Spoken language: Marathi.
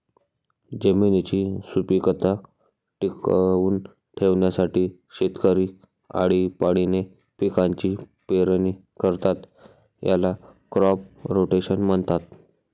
जमिनीची सुपीकता टिकवून ठेवण्यासाठी शेतकरी आळीपाळीने पिकांची पेरणी करतात, याला क्रॉप रोटेशन म्हणतात